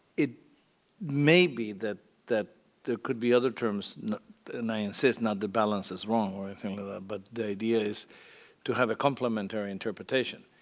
it may be that that there could be other terms and i insist not the balance is wrong or anything like that but the idea is to have a complementary interpretation.